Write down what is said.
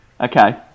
Okay